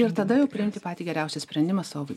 ir tada jau priimti patį geriausią sprendimą savo vai